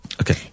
okay